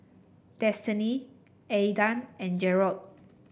Destinee Aedan and Jerrod